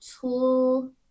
tool